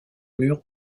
mur